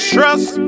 Trust